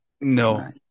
no